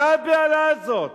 מה הבהלה הזאת?